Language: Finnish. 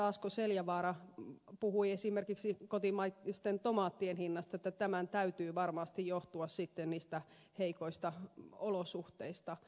asko seljavaara puhui esimerkiksi kotimaisten tomaattien hinnasta että tämän täytyy varmasti johtua sitten niistä heikoista olosuhteista